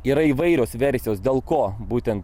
yra įvairios versijos dėl ko būtent